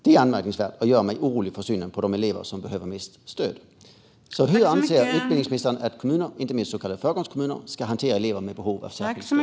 Det är anmärkningsvärt, och det gör mig orolig för synen på de elever som behöver mest stöd. Hur anser utbildningsministern att kommuner, inte minst så kallade föregångskommuner, ska hantera elever med behov av särskilt stöd?